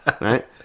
Right